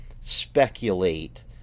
speculate